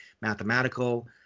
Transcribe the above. mathematical